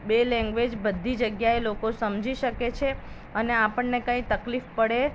બે લેંગ્વેજ બધી જગ્યાએ લોકો સમજી શકે છે અને આપણને કંઈ તકલીફ પડે